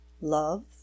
love